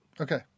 Okay